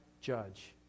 judge